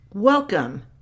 Welcome